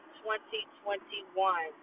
2021